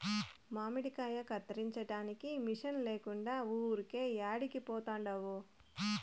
మామిడికాయ కత్తిరించడానికి మిషన్ లేకుండా ఊరికే యాడికి పోతండావు